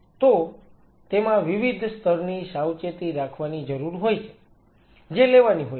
તો તેમાં વિવિધ સ્તરની સાવચેતી રાખવાની જરૂર હોય છે જે લેવાની હોય છે